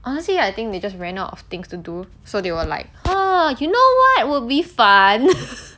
honestly I think they just ran out of things to do so they were like !huh! you know what will be fun